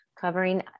covering